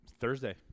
Thursday